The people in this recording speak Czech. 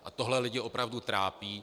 A tohle lidi opravdu trápí.